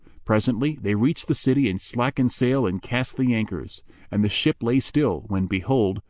presently they reached the city and slackened sail and cast the anchors and the ship lay still, when behold,